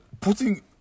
putting